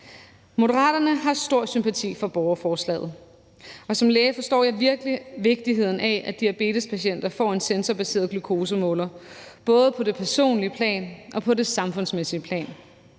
Moderaterne har stor sympati for borgerforslaget, og som læge forstår jeg virkelig vigtigheden af, både på det personlige plan og på det samfundsmæssige plan,